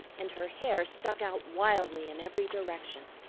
and her hair stuck out wildly in every direction.